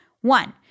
One